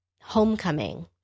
Homecoming